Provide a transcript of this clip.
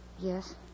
Yes